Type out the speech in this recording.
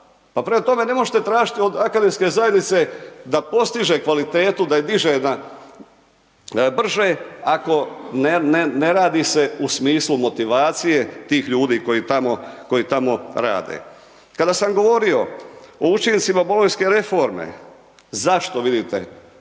Pa prema tome, ne možete tražiti od akademske zajednice da postiže kvalitetu, da je diže brže ako ne radi se u smislu motivacije tih ljudi koji tamo rade. Kada sam govorio o učincima bolonjske reforme, zašto vidite?